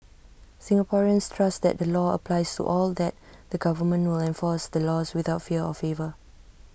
Singaporeans trust that the law applies to all that the government will enforce the laws without fear or favour